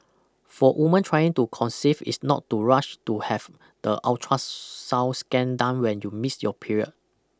for women trying to conceive is not to rush to have the ultrasound scan done when you miss your period